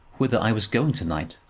whither i was going to-night?